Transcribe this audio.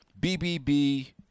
BBB